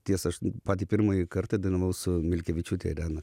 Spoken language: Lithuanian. tiesa aš pati pirmąjį kartą dainavau su milkevičiūte irena